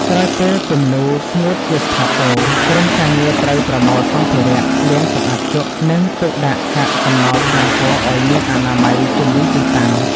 ក្រោយពេលគំនូរស្ងួតជាស្ថាពរ ក្រុមការងារត្រូវប្រមូលសម្ភារៈ លាងសម្អាតជក់ និងទុកដាក់កាកសំណល់ថ្នាំពណ៌ឱ្យមានអនាម័យជុំវិញទីតាំង។